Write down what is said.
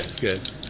Good